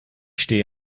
stehe